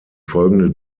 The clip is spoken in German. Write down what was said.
folgende